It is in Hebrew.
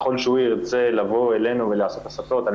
ככל שהוא ירצה לבוא אלינו ולעשות הסתות על